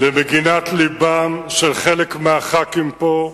למגינת לבם של חלק מהח"כים פה,